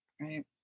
Right